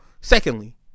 Secondly